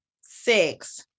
six